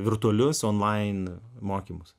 virtualius onlain mokymus